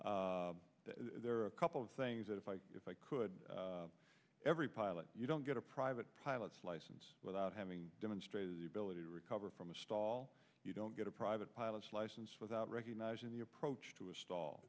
today there are a couple of things that if i if i could every pilot you don't get a private pilot's license without having demonstrated the ability to recover from a stall you don't get a private pilot's license without recognizing the approach